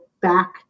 back